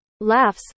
laughs